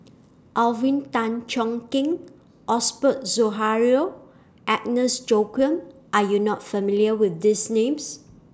Alvin Tan Cheong Kheng Osbert Agnes Joaquim Are YOU not familiar with These Names